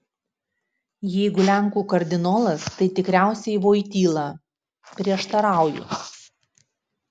jeigu lenkų kardinolas tai tikriausiai voityla prieštarauju